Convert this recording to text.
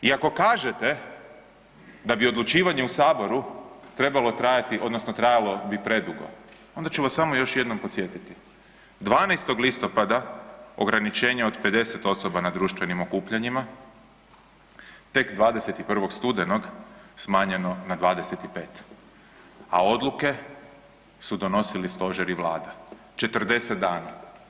I ako kažete da bi odlučivanje u saboru trebalo trajati odnosno trajalo bi predugo onda ću vas samo još jednom podsjetiti, 12. listopada ograničenje od 50 osoba na društvenim okupljanjima, tek 21. studenog smanjeno na 25, a odluke su donosili stožer i vlada, 40 dana.